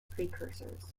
precursors